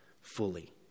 fully